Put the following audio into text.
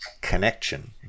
connection